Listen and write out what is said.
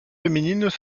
féminines